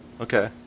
Okay